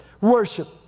Worship